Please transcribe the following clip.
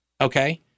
Okay